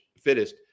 fittest